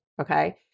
okay